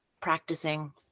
practicing